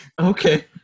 Okay